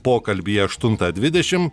pokalbyje aštuntą dvidešim